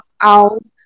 out